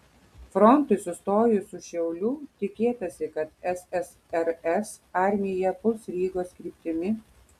frontui sustojus už šiaulių tikėtasi kad ssrs armija puls rygos kryptimi